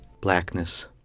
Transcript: blackness